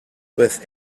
with